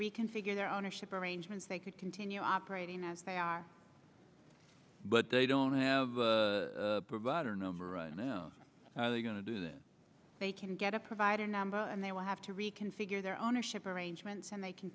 reconfigure their ownership arrangements they could continue operating as they are but they don't have a provider number right now are they going to do that they can get a provider number and they will have to reconfigure their ownership arrangements and they can